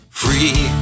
free